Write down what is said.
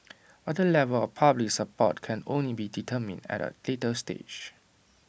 but the level of public support can only be determined at A later stage